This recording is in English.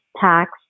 tax